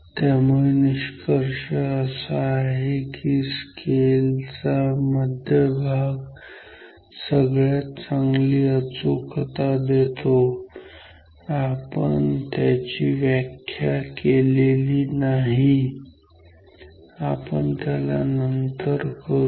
त्यामुळे निष्कर्ष असा आहे की स्केल चा मध्य भाग सगळ्यात चांगली अचूकता देतो आपण त्याची ची व्याख्या केलेली नाही आपण त्याला नंतर करू